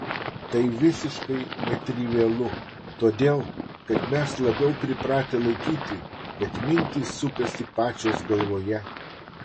tai visiškai netrivialu todėl kad mes labiau pripratę laikyti kad mintys sukasi pačios galvoje